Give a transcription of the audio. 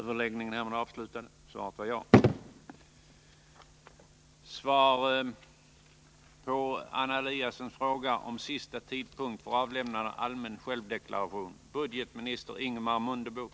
Är statsrådet beredd medverka till att tiden för avlämnande av allmän självdeklaration förlängs till den 18 februari med hänsyn till att den 15 februari i år infaller på en fredag?